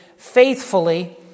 faithfully